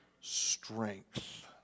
strength